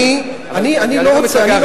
אני לא רוצה, אני לא